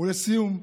לסיום,